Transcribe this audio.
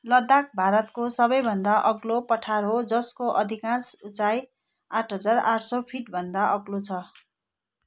लद्दाख भारतको सबैभन्दा अग्लो पठार हो जसको अधिकांश उचाइ आठ हजार आठ सौ फिटभन्दा अग्लो छ